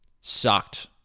sucked